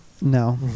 No